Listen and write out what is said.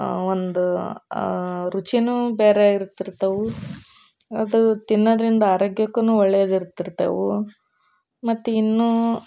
ಒಂದು ರುಚಿಯೂ ಬೇರೆ ಇರ್ತಿರ್ತವೆ ಅದು ತಿನ್ನೋದರಿಂದ ಆರೋಗ್ಯಕ್ಕೂನೂ ಒಳ್ಳೆದಿರ್ತಿರ್ತವೆ ಮತ್ತು ಇನ್ನು